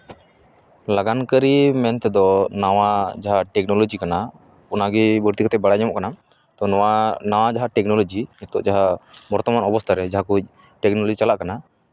ᱞᱟᱜᱟᱱ ᱠᱟᱹᱨᱤ ᱢᱮᱱ ᱛᱮᱫᱚ ᱱᱟᱣᱟ ᱡᱟᱦᱟᱸ ᱴᱮᱠᱱᱳᱞᱚᱡᱤ ᱠᱟᱱᱟ ᱚᱱᱟᱜᱮ ᱵᱟᱹᱲᱛᱤ ᱠᱟᱛᱮᱫ ᱵᱟᱲᱟᱭ ᱧᱟᱢᱚᱜ ᱠᱟᱱᱟ ᱛᱳ ᱱᱟᱣᱟ ᱡᱟᱦᱟᱸ ᱴᱮᱠᱱᱳᱞᱚᱡᱤ ᱱᱤᱛᱚᱜ ᱡᱟᱦᱟᱸ ᱵᱚᱨᱛᱚᱢᱟᱱ ᱚᱵᱚᱥᱛᱷᱟ ᱨᱮ ᱡᱟᱦᱟᱸ ᱠᱚ ᱴᱮᱠᱱᱚᱞᱚᱡᱤ ᱪᱟᱞᱟᱜ ᱠᱟᱱᱟ